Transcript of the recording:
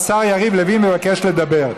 והשר יריב לוין מבקש לדבר.